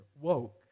woke